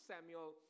Samuel